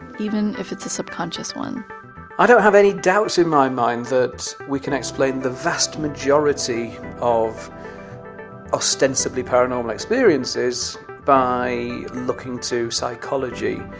even if it's a subconscious one i don't have any doubt in my mind that we can explain the vast majority of ostensibly paranormal experiences by looking to psychology.